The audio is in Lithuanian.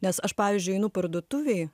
nes aš pavyzdžiui einu parduotuvėj